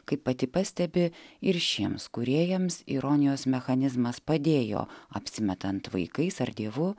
kaip pati pastebi ir šiems kūrėjams ironijos mechanizmas padėjo apsimetant vaikais ar dievu